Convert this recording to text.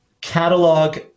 catalog